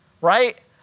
right